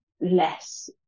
less